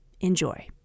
Enjoy